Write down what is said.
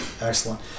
excellent